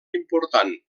important